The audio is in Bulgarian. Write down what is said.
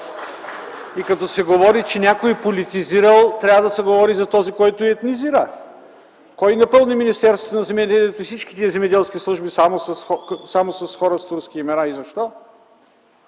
И като се говори, че някой е политизирал, трябва да се говори за този, който е етнизирал. Кой напълни Министерството на земеделието и всички тези земеделски служби само с хора с турски имена и защо?